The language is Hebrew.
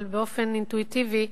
אבל באופן אינטואיטיבי,